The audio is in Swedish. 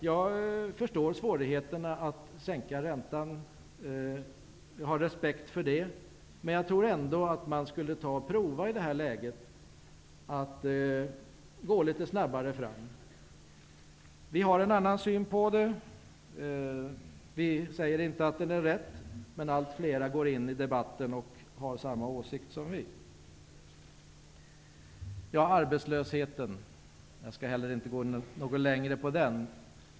Jag förstår svårigheterna att sänka räntan och har respekt för det, men jag tror ändå att man i det här läget borde prova att gå litet snabbare fram. Vi har en annan syn på detta. Vi säger inte att den är rätt, men allt fler går in i debatten och har samma åsikt som vi. Arbetslösheten skall jag inte gå in något längre på.